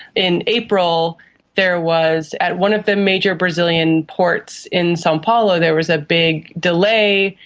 in april there was, at one of the major brazilian ports in sao um paulo there was a big delay,